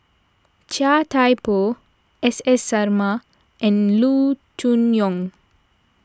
Chia Thye Poh S S Sarma and Loo Choon Yong